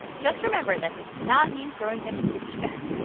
just remember, that does not mean throwing them into the deep end.